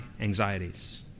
anxieties